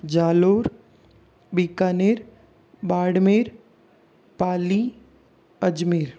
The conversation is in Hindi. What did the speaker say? जालौर बीकानेर बाड़मेर पाली अजमेर